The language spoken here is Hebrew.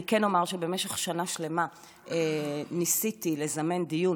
אני כן אומר שבמשך שנה שלמה ניסיתי לזמן דיון